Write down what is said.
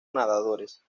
nadadores